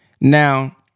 Now